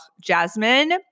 jasmine